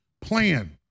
plan